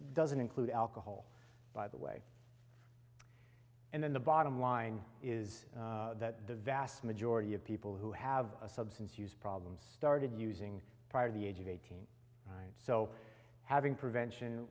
doesn't include alcohol by the way and then the bottom line is that the vast majority of people who have substance use problems started using prior to the age of eighteen so having prevention